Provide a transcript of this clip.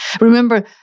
Remember